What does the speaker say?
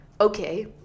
Okay